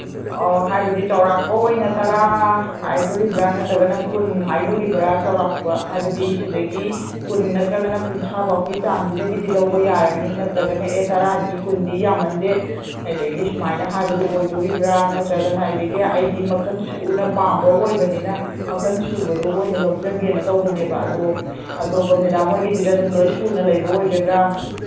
ꯑꯣ ꯍꯥꯏꯕꯗꯤ ꯆꯧꯔꯥꯛꯄ ꯑꯣꯏꯅ ꯇꯔꯥ ꯍꯥꯏꯗꯣꯔꯤꯕ꯭ꯔꯥ ꯅꯠꯇ꯭ꯔꯒꯅ ꯀꯨꯟ ꯍꯥꯏꯗꯣꯔꯤꯕ꯭ꯔꯥ ꯆꯧꯔꯥꯛꯄ ꯍꯥꯏꯕꯗꯤ ꯁꯤꯗꯒꯤ ꯀꯨꯟ ꯅꯠꯇ꯭ꯔꯒꯅ ꯀꯨꯟꯊ꯭ꯔꯥꯕꯥꯎꯀꯤ ꯆꯥꯡꯁꯤꯗꯒꯤꯗꯤ ꯂꯧꯕ ꯌꯥꯔꯅꯤ ꯅꯠꯇ꯭ꯔꯒꯅ ꯑꯦ ꯇꯔꯥꯗꯤ ꯀꯨꯟꯗꯤ ꯌꯥꯝꯃꯟꯗꯦ ꯑꯗꯒꯤ ꯁꯨꯃꯥꯏꯅ ꯍꯥꯏꯕꯗꯣ ꯑꯣꯏꯗꯣꯔꯤꯕ꯭ꯔꯥ ꯅꯠꯇ꯭ꯔꯒꯅ ꯑꯗꯒꯤ ꯑꯩꯗꯤ ꯃꯈꯟ ꯁꯨꯅ ꯄꯥꯝꯕ ꯑꯣꯏꯕꯅꯤꯅ ꯃꯈꯟ ꯁꯨꯕꯗꯨ ꯑꯣꯏꯅ ꯂꯧꯖꯒꯦꯅ ꯇꯧꯕꯅꯦꯕ ꯑꯗꯨ ꯑꯇꯣꯞꯄ ꯃꯦꯗꯥꯝ ꯍꯣꯏꯒꯤꯁꯤꯗ ꯑꯗꯨꯝ ꯂꯣꯏꯅ ꯁꯨꯅ ꯂꯩꯕ ꯑꯣꯏꯒꯗ꯭ꯔꯥ